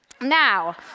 Now